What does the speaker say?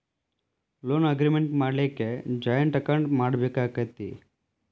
Loan agreement ಮಾಡ್ಲಿಕ್ಕೆ joint account ಮಾಡ್ಬೆಕಾಕ್ಕತೇ?